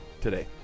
today